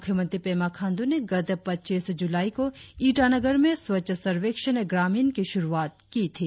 मुख्यमंत्री पेमा खांडू ने गत पच्चीस जुलाई को ईटानगर में स्वच्छा सर्वेक्षण ग्रामीण की शुरुआत की थी